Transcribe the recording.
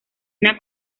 una